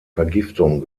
vergiftung